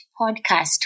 podcast